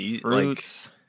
Fruits